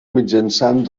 mitjançant